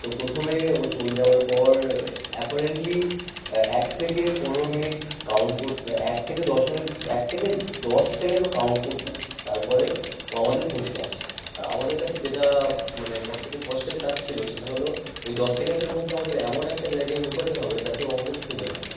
তো প্রথমে ও চোর যাওয়ার পর অ্যাপারেন্টলি অ্যা এক থেকে পনেরো মিনিট কাউন্ট করতে এক থেকে দশ মিনিট এক থেকে দশ সেকেণ্ড ও কাউন্ট করতে তারপরে ও আমাদের খুঁজতে আসতো আর আমাদের কাছে যেটা মানে সবথেকে কষ্টের কাজ ছিল সেটা হলো ওই দশ সেকেণ্ডের মধ্যে আমাদের এমন একটা জায়গায় লুকোতে হবে যাতে ও আমাদের খুঁজে না পায়